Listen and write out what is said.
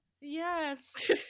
Yes